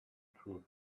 too